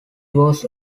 was